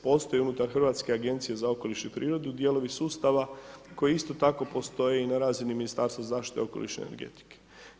Postoji unutar Hrvatske agencije za okoliš i prirodu dijelovi sustava koji isto tako postoje i na razini Ministarstva zaštite okoliša i energetike.